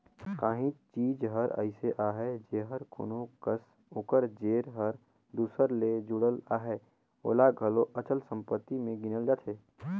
काहीं चीज हर अइसे अहे जेहर कोनो कस ओकर जेर हर दूसर ले जुड़ल अहे ओला घलो अचल संपत्ति में गिनल जाथे